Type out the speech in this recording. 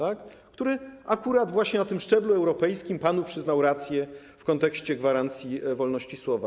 Akurat właśnie na tym szczeblu europejskim panu przyznano rację w kontekście gwarancji wolności słowa.